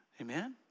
Amen